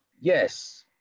Yes